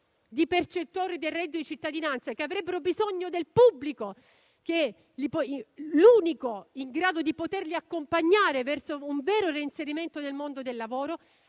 di percettori del reddito di cittadinanza, che avrebbe bisogno del pubblico, l'unico in grado di accompagnare costoro verso un vero inserimento nel mondo del lavoro,